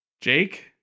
Jake